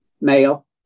male